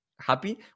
happy